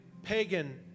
pagan